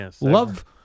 Love